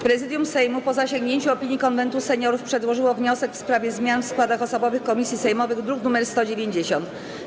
Prezydium Sejmu, po zasięgnięciu opinii Konwentu Seniorów, przedłożyło wniosek w sprawie zmian w składach osobowych komisji sejmowych, druk nr 190.